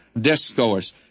discourse